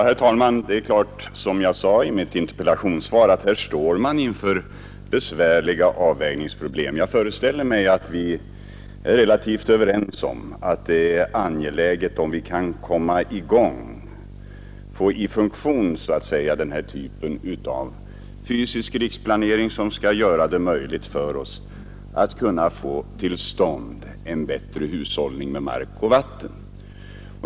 Herr talman! Som jag sade i mitt interpellationssvar är det klart att här står man inför besvärliga avvägningsproblem. Jag föreställer mig att vi är relativt överens om att det är angeläget att vi kan få i funktion den här typen av fysisk riksplanering, som skall göra det möjligt för oss att få till stånd en bättre hushållning med mark och vatten.